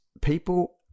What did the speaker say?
people